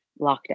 lockdown